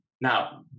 Now